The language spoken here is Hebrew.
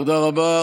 תודה רבה.